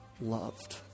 loved